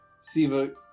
Siva